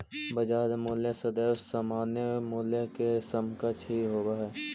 बाजार मूल्य सदैव सामान्य मूल्य के समकक्ष ही होवऽ हइ